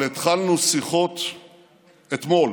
אבל התחלנו שיחות אתמול